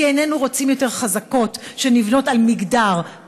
כי איננו רוצים יותר חזקות שנבנות על מגדר,